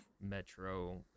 metro